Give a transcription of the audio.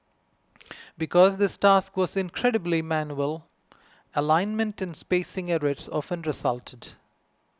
because this task was incredibly manual alignment and spacing errors often resulted